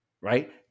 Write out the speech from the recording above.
right